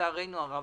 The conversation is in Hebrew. לצערנו הרב,